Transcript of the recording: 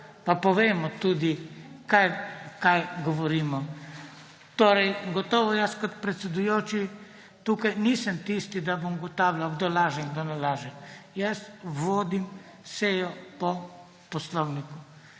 pa poglejmo tudi, kaj govorimo. Gotovo jaz kot predsedujoči tukaj nisem tisti, da bom ugotavljal, kdo laže in kdo ne laže. Jaz vodim sejo po poslovniku.